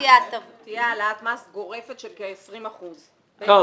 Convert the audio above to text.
תהיה העלאת מס גורפת של כ-20 אחוזים.